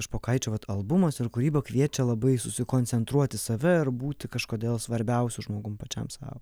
špokaičio vat albumas ir kūryba kviečia labai susikoncentruot į save ir būt kažkodėl svarbiausiu žmogum pačiam sau